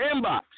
inbox